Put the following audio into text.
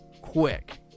quick